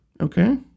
Okay